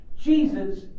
Jesus